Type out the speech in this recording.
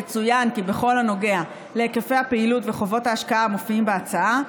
יצוין כי בכל הנוגע להיקפי הפעילות וחובות ההשקעה המופיעים בהצעה,